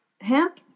hemp